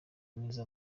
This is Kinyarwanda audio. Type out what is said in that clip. neza